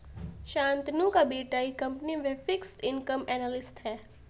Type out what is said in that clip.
शांतनु का बेटा एक कंपनी में फिक्स्ड इनकम एनालिस्ट है